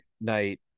night